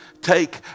take